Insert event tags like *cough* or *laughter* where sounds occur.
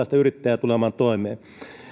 *unintelligible* sitä yrittäjää tulemaan toimeen